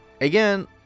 again